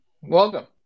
Welcome